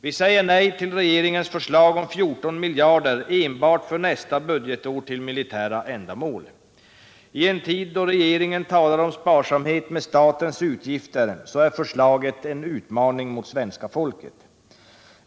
Vi säger nej till regeringens förslag om 14 miljarder enbart för nästa budgetår till militära ändamål. I en tid då regeringen talar om sparsamhet med statens utgifter är förslaget en utmaning mot svenska folket.